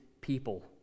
people